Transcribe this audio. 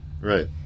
Right